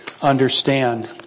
understand